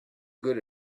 good